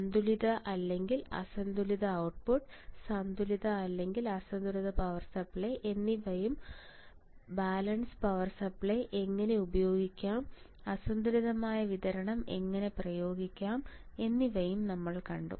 സന്തുലിത വേഴ്സസ് അസന്തുലിത ഔട്ട്പുട്ട് സന്തുലിത വേഴ്സസ് അസന്തുലിതമായ പവർ സപ്ലൈ എന്നിവയും സന്തുലിത പവർ സപ്ലൈ എങ്ങനെ പ്രയോഗിക്കാം അസന്തുലിതമായ വിതരണം എങ്ങനെ പ്രയോഗിക്കും എന്നിവയും നമ്മൾ കണ്ടു